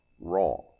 wrong